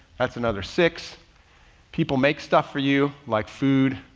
that's another six people make stuff for you. like food,